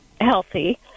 healthy